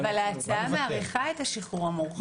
אבל ההצעה מאריכה את השחרור המורחב,